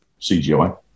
CGI